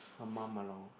her mum along